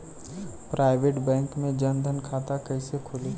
Private bank मे जन धन खाता कैसे खुली?